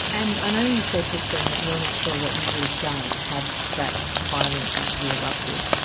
and i know you said just then that you're not sure what you would have done had that violence actually erupted.